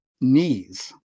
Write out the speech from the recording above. knees